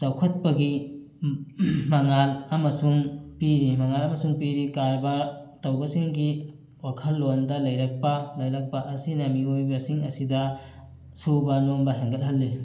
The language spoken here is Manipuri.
ꯆꯥꯎꯈꯠꯄꯒꯤ ꯃꯉꯥꯜ ꯑꯃꯁꯨꯡ ꯄꯤꯔꯤ ꯃꯉꯥꯜ ꯑꯃꯁꯨꯡ ꯄꯤꯔꯤ ꯀꯔꯕꯥꯔ ꯇꯧꯕꯁꯤꯡꯒꯤ ꯋꯥꯈꯜꯂꯣꯟꯗ ꯂꯩꯔꯛꯄ ꯂꯩꯔꯛꯄ ꯑꯁꯤꯅ ꯃꯤꯌꯣꯏꯕꯁꯤꯡ ꯑꯁꯤꯗ ꯁꯨꯕ ꯅꯣꯝꯕ ꯍꯦꯟꯒꯠꯍꯜꯂꯤ